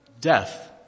Death